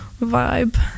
vibe